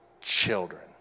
children